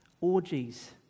orgies